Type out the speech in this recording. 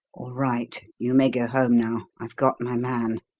all right. you may go home now. i've got my man,